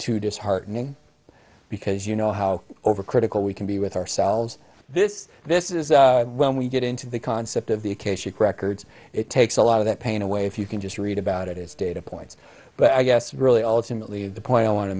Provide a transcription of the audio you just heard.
too disheartening because you know how over critical we can be with ourselves this this is when we get into the concept of the case should record it takes a lot of that pain away if you can just read about it is data points but i guess really ultimately the point i want to